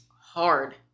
hard